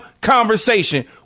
conversation